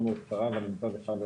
ונותנים מעצמם מעל ומעבר.